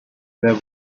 there